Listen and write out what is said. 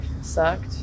sucked